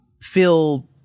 feel